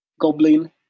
Goblin